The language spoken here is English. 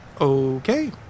okay